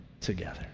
together